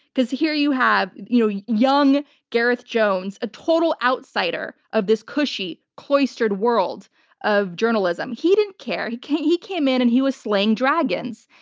because here you have you know young gareth jones, a total outsider of this cushy, cloistered world of journalism. he didn't care. he came he came in and he was slaying dragons.